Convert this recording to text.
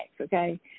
okay